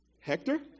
Hector